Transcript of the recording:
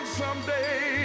someday